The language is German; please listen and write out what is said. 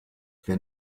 wer